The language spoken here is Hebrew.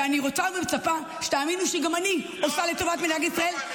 ואני רוצה ומצפה שתאמינו שגם אני עושה לטובת מדינת ישראל.